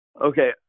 okay